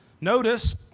notice